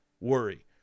worry